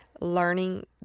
learning